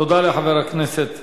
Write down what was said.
תודה לחבר הכנסת